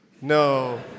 No